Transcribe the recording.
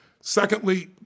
Secondly